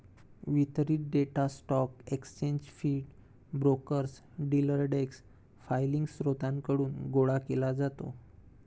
वितरित data stock exchange feed, brokers, dealer desk filing स्त्रोतांकडून गोळा केला जातो